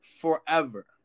forever